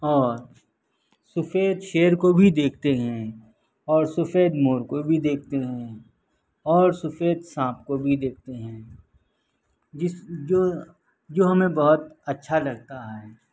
اور سفید شیر کو بھی دیکھتے ہیں اور سفید مور کو بھی دیکھتے ہیں اور سفید سانپ کو بھی دیکھتے ہیں جس جو جو ہمیں بہت اچھا لگتا ہے